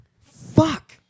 fuck